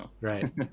Right